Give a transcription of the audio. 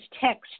text